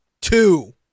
Two